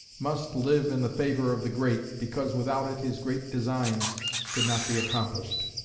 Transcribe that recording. must live in the favour of the great, because without it his great designs could not be accomplished.